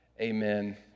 Amen